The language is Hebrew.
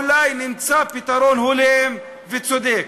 אולי נמצא פתרון הולם וצודק.